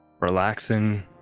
relaxing